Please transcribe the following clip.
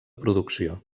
producció